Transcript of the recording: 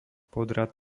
podrad